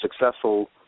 successful